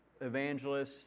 evangelists